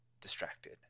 distracted